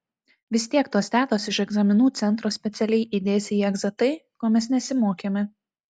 vis tiek tos tetos iš egzaminų centro specialiai įdės į egzą tai ko mes nesimokėme